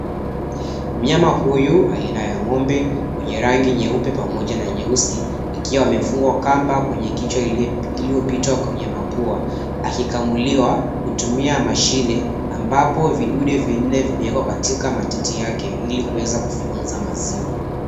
Mnyama huyu aina ya ng'ombe mwenye rangi nyeupe pamoja na nyeusi akiwa amefungwa kamba kwenye kichwa iliyopita kwenye mapua, akikamuliwa kutumia mashine ambapo vidude vinne vimeekwa katika matiti yake ili kuweza kufyonza maziwa.